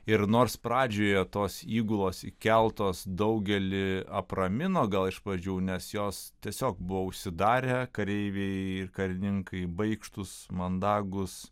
ir nors pradžioje tos įgulos įkeltos daugelį apramino gal iš pradžių nes jos tiesiog buvo užsidarę kareiviai ir karininkai baikštūs mandagūs